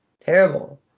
terrible